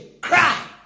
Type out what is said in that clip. Cry